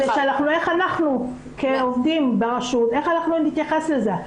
איך אנחנו כעובדים ברשות נתייחס לזה.